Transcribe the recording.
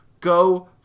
Go